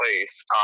place